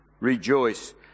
Rejoice